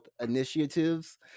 initiatives